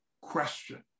question